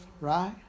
right